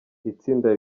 itsinda